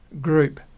group